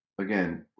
again